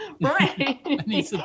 Right